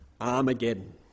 Armageddon